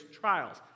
trials